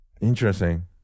Interesting